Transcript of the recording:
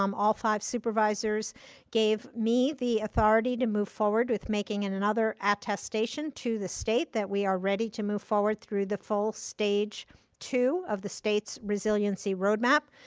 um all five supervisors gave me the authority to move forward with making and another attestation to the state that we are ready to move forward through the full stage two of the state's resiliency roadmap.